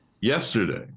Yesterday